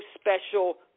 special